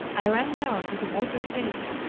i ran down to the water's edge,